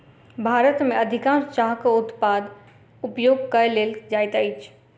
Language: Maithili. भारत में अधिकाँश चाहक उत्पाद उपयोग कय लेल जाइत अछि